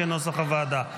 כנוסח הוועדה.